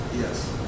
yes